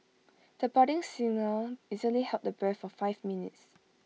the budding singer easily held the breath for five minutes